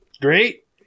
great